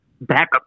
backup